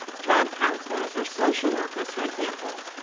drug counselors, or social workers for example.